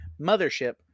mothership